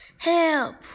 Help